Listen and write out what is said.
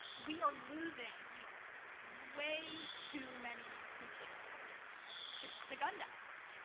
we are losing way too many people to to gun deaths.